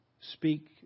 speak